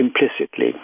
implicitly